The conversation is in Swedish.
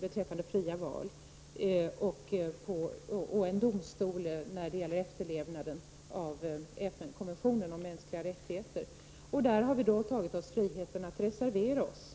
beträffande fria val och en domstol för att bevaka efterlev naden av FN-konventionen om mänskliga rättigheter. Där har vi tagit oss friheten att reservera oss.